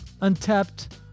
untapped